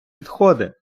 відходи